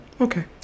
Okay